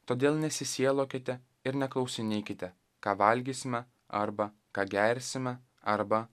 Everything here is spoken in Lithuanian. todėl nesisielokite ir neklausinėkite ką valgysime arba ką gersime arba